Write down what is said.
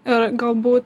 ir galbūt